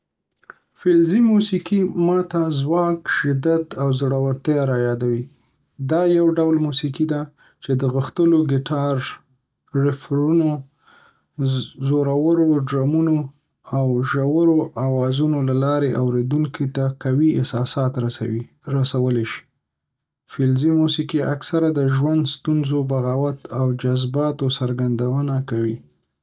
فلزي موسیقي ما ته ځواک، شدت، او زړورتیا رايادوي. دا یو ډول موسیقي ده چې د غښتلو ګیتار ریفونو، زورورو ډرمونو، او ژورو آوازونو له لارې اورېدونکي ته قوي احساسات رسولی شي. فلزي موسیقي اکثره د ژوند ستونزو، بغاوت، او جذباتو څرګندونه کوي،